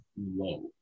low